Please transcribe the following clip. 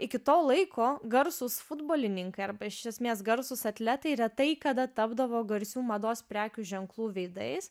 iki to laiko garsūs futbolininkai arba iš esmės garsūs atletai retai kada tapdavo garsių mados prekių ženklų veidais